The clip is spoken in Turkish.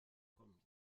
konmuştu